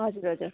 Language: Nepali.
हजुर हजुर